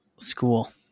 school